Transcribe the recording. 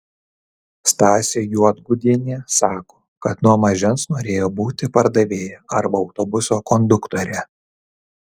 stasė juodgudienė sako kad nuo mažens norėjo būti pardavėja arba autobuso konduktore